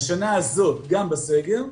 השנה הזאת גם בסגר,